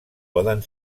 poden